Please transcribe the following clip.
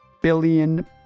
billion